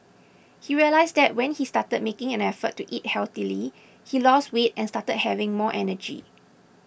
he realised that when he started making an effort to eat healthily he lost weight and started having more energy